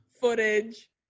footage